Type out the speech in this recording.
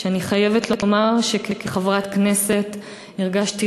ישיבה שאני חייבת לומר שכחברת הכנסת הרגשתי